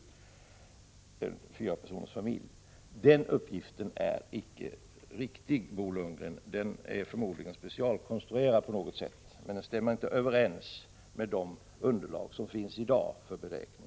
Den uppgiften är icke riktig, Bo Lundgren. Den är förmodligen specialkonstruerad på något sätt. Den stämmer inte överens med de underlag för beräkningar som finns i dag.